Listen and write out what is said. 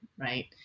right